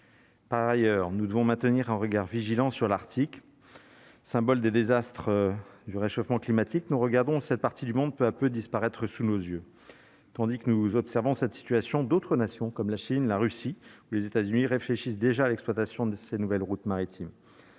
Par ailleurs, nous devons maintenir un regard vigilant sur l'Arctique, symbole des désastres du réchauffement climatique, nous regardons cette partie du monde, peu à peu, disparaître sous nos yeux, tandis que nous observons cette situation d'autres nations comme la Chine, la Russie, les États-Unis réfléchissent déjà à l'exploitation de ces nouvelles routes maritimes,